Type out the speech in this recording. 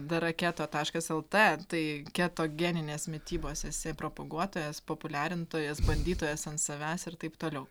dr keto taškas lt tai ketogeninės mitybos esi propaguotojas populiarintojas bandytojas ant savęs ir taip toliau